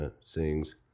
sings